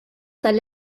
tal